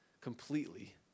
completely